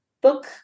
book